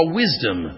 wisdom